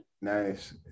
nice